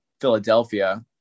Philadelphia